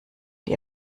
die